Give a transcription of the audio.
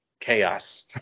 Chaos